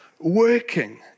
working